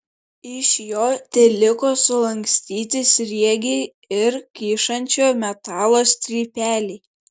iš jo teliko sulankstyti sriegiai ir kyšančio metalo strypeliai